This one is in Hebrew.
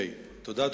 תודה.